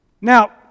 Now